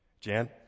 Jan